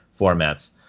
formats